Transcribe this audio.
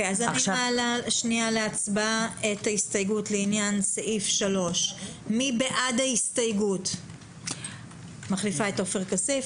אני מעלה להצבעה את ההסתייגות לעניין סעיף 3. את מחליפה את עופר כסיף.